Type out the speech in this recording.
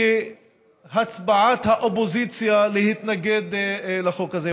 כהצבעת האופוזיציה להתנגד לחוק הזה.